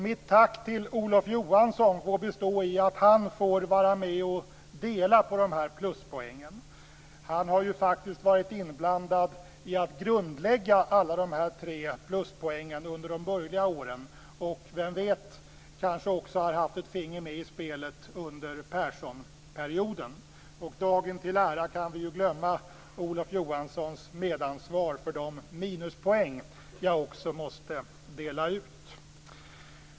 Mitt tack till Olof Johansson får bestå i att han får vara med och dela på de här pluspoängen. Han har ju faktiskt varit inblandad i att grundlägga alla de tre pluspoängen under de borgerliga åren, och, vem vet, kanske har han också haft ett finger med i spelet under Perssonperioden. Dagen till ära kan vi glömma Olof Johanssons medansvar för de minuspoäng som jag också måste dela ut.